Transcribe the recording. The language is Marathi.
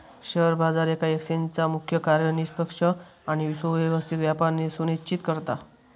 शेअर बाजार येका एक्सचेंजचा मुख्य कार्य निष्पक्ष आणि सुव्यवस्थित व्यापार सुनिश्चित करता